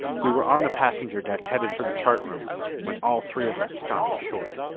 we were on the passenger deck headed for the chart room when all three of us stopped short,